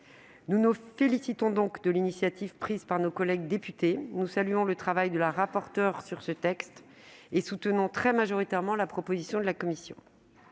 Nous nous félicitons de l'initiative prise par nos collègues députés. Nous saluons le travail de la rapporteure sur ce texte et soutenons très majoritairement la position de la commission.